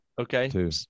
Okay